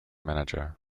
manager